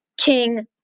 king